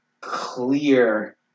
clear